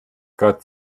gott